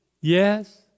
Yes